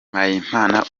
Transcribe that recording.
mpayimana